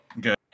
Good